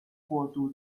过渡